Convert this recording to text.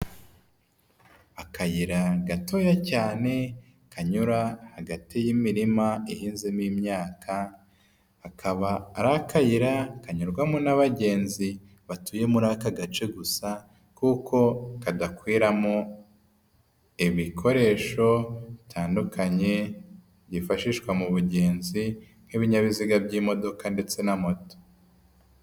Akayira gatoya cyane kanyura hagati y'imirima ihinzemo imyaka, kakaba ari akayira kanyurwamo n'abagenzi batuye muri aka gace gusa kuko kadakwiramo ibikoresho bitandukanye byifashishwa mu bugenzi nk'ibinyabiziga by'imodoka ndetse na moto.